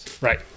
Right